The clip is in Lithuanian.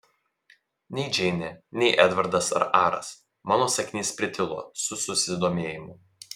nei džeinė nei edvardas ar aras mano sakinys pritilo su susidomėjimu